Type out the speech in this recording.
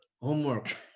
homework